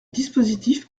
dispositif